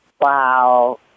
Wow